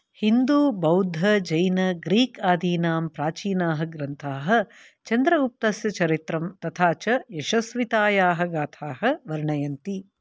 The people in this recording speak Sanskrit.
हिन्दू बौद्ध जैन ग्रीक् आदीनां प्राचीनाः ग्रन्थाः चन्द्रगुप्तस्य चरित्रं तथा च यशस्वितायाः गाथाः वर्णयन्ति